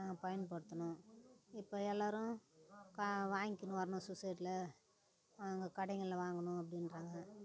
நாங்கள் பயன்படுத்துனோம் இப்போ எல்லாரும் கா வாங்கின்னு வரணும் சொசைட்டியில அங்கே கடைங்களில் வாங்கணும் அப்படின்றாங்க